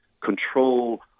control